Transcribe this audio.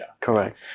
correct